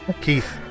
Keith